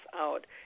out